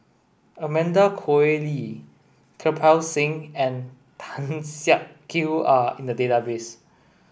Amanda Koe Lee Kirpal Singh and Tan Siak Kew are in the database